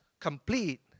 complete